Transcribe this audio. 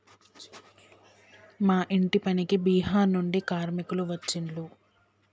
మా ఇంటి పనికి బీహార్ నుండి కార్మికులు వచ్చిన్లు